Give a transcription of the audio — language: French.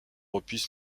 opus